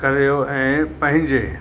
करियो ऐं पंहिंजे